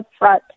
upfront